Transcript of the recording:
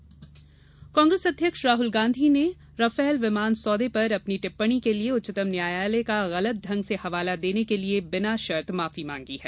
Rafale Congress अध्यक्ष राहुल गांधी ने Rafale विमान सौदे पर अपनी टिप्पणी के लिए उच्चतम न्यायालय का गलत ढंग से हवाला देने के लिए बिना शर्त माफी मांगी है